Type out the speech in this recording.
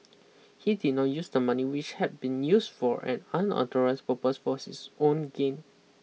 he did not use the money which had been use for an unauthorised purpose for this own gain